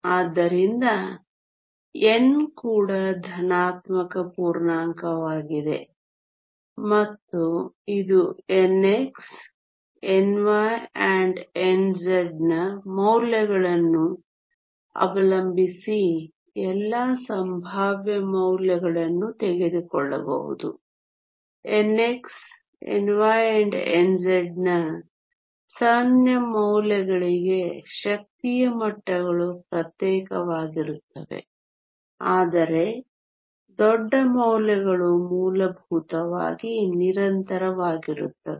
ಆದ್ದರಿಂದ n ಕೂಡ ಧನಾತ್ಮಕ ಪೂರ್ಣಾಂಕವಾಗಿದೆ ಮತ್ತು ಇದು nx ny∧nz ನ ಮೌಲ್ಯಗಳನ್ನು ಅವಲಂಬಿಸಿ ಎಲ್ಲಾ ಸಂಭಾವ್ಯ ಮೌಲ್ಯಗಳನ್ನು ತೆಗೆದುಕೊಳ್ಳಬಹುದು nx ny∧nz ನ ಸಣ್ಣ ಮೌಲ್ಯಗಳಿಗೆ ಶಕ್ತಿಯ ಮಟ್ಟಗಳು ಪ್ರತ್ಯೇಕವಾಗಿರುತ್ತವೆ ಆದರೆ ದೊಡ್ಡ ಮೌಲ್ಯಗಳು ಮೂಲಭೂತವಾಗಿ ನಿರಂತರವಾಗಿರುತ್ತವೆ